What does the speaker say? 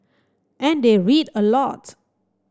and they read a lot